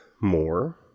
more